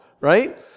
right